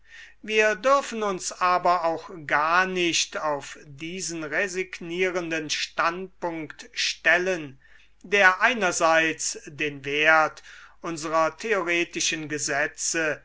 wir dürfen uns aber auch gar nicht auf diesen resignierenden standpunkt stellen der einerseits den wert unserer theoretischen gesetze